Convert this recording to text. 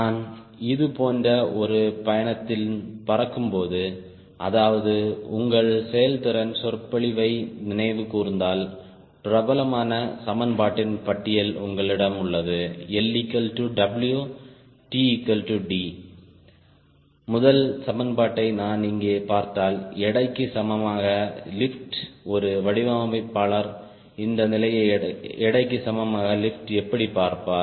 நான் இது போன்ற ஒரு பயணத்தில் பறக்கும்போது அதாவது உங்கள் செயல்திறன் சொற்பொழிவை நினைவு கூர்ந்தால் பிரபலமான சமன்பாட்டின் பட்டியல் உங்களிடம் உள்ளது LW TD முதல் சமன்பாட்டை நான் இங்கே பார்த்தால் எடைக்கு சமமாக லிப்ட் ஒரு வடிவமைப்பாளர் இந்த நிலையை எடைக்கு சமமாக லிப்ட் எப்படி பார்ப்பார்